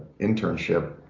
internship